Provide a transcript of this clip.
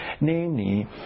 namely